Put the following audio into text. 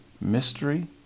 mystery